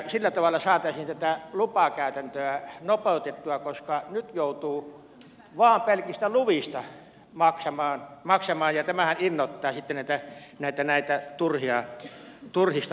sillä tavalla saataisiin tätä lupakäytäntöä nopeutettua koska nyt joutuu vain pelkistä luvista maksamaan ja tämähän innoittaa sitten näitä turhista luvista valittajia